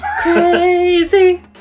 Crazy